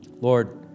Lord